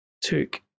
took